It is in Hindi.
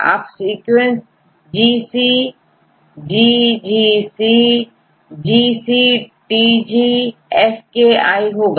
आप सीक्वेंसGC GGC GCTG FKI होगा